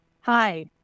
Hi